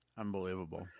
Unbelievable